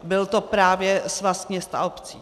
Byl to právě Svaz měst a obcí.